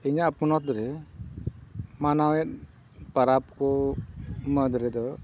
ᱤᱧᱟᱹᱜ ᱯᱚᱱᱚᱛ ᱨᱮ ᱢᱟᱱᱟᱣᱮᱫ ᱯᱚᱨᱚᱵᱽ ᱠᱚ ᱢᱩᱫᱽ ᱨᱮᱫᱚ